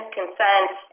consent